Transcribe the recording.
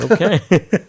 Okay